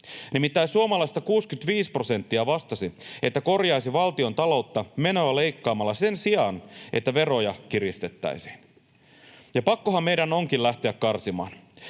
Nimittäin suomalaisista 65 prosenttia vastasi, että korjaisi valtiontaloutta menoja leikkaamalla sen sijaan, että veroja kiristettäisiin — ja pakkohan meidän onkin lähteä karsimaan.